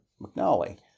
McNally